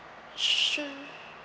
sure